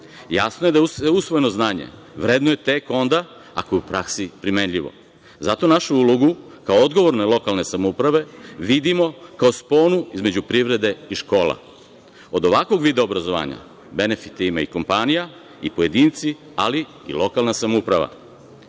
Jasno je da je usvojeno znanje. Vredno je tek onda ako je u praksi primenljivo. Zato našu ulogu kao odgovorne lokalne samouprave vidimo kao sponu između privrede i škola. Od ovakvog vida obrazovanja benefite ima i kompanija i pojedinci, ali i lokalna samouprava. Praksa